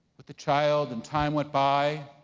with the child, and time went by,